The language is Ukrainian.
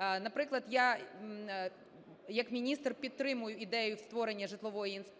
Наприклад, я як міністр підтримаю ідею створення